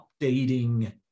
updating